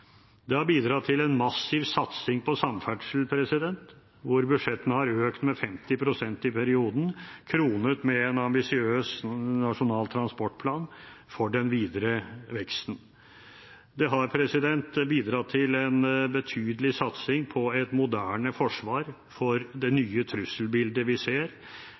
Det har bidratt til en massiv satsing på samferdsel, hvor budsjettene har økt med 50 pst. i perioden, kronet med en ambisiøs Nasjonal transportplan for den videre veksten. Det har bidratt til en betydelig satsing på et moderne forsvar for det nye trusselbildet vi ser,